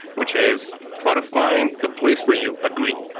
which is try to find the place where you agree,